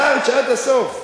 לארג' עד הסוף.